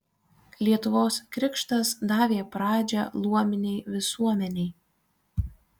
lietuvos krikštas davė pradžią luominei visuomenei